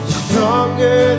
stronger